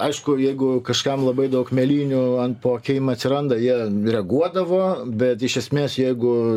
aišku jeigu kažkam labai daug mėlynių ant po akim atsiranda jie reaguodavo bet iš esmės jeigu